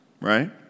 right